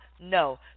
No